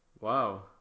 wow